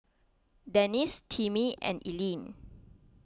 Denis Timmie and Eileen